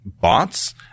bots